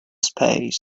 space